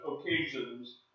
occasions